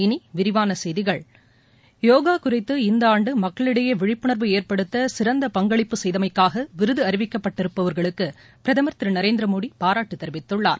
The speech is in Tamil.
இனி விரிவான செய்திகள் யோகா குறித்து இந்த ஆண்டு மக்களிடையே விழிப்புணர்வு ஏற்படுத்த சிறந்த பங்களிப்பு செய்தமைக்காக விருது அறிவிக்கப்பட்டிருப்பவர்களுக்கு பிரதமர் திரு நரேந்திர மோடி பாராட்டு தெரிவித்துள்ளார்